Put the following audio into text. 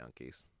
junkies